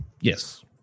yes